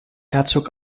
herzog